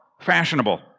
fashionable